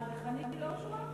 מה, וחנין לא רשומה?